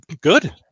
good